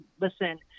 listen